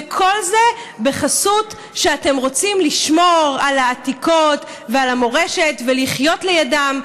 וכל זה בחסות זה שאתם רוצים לשמור על העתיקות ועל המורשת ולחיות לידם.